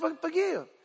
forgive